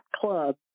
club